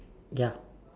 ya